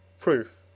Proof